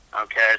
Okay